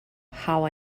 how